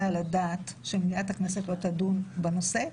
על הדעת שמליאת הכנסת לא תדון בנושא,